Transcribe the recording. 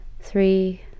Three